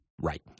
Right